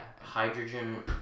Hydrogen